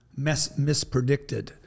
mispredicted